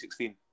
2016